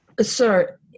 Sir